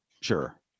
Sure